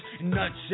nuts